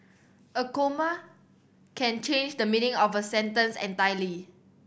a comma can change the meaning of a sentence entirely